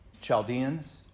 Chaldeans